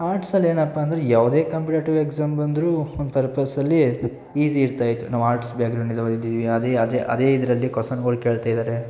ಆರ್ಟ್ಸಲ್ಲಿ ಏನಪ್ಪ ಅಂದರೆ ಯಾವುದೇ ಕಾಂಪಿಟೇಟಿವ್ ಎಕ್ಸಾಮ್ ಬಂದರೂ ಒಂದು ಪರ್ಪಸಲ್ಲಿ ಈಸಿ ಇರ್ತಾಯಿತ್ತು ನಾವು ಆರ್ಟ್ಸ್ ಬ್ಯಾಗ್ರೌಂಡಿಂದ ಬಂದಿದ್ದೀವಿ ಅದೇ ಅದೇ ಅದೇ ಇದರಲ್ಲಿ ಕೊಸನ್ಗಳು ಕೇಳ್ತಾಯಿದ್ದಾರೆ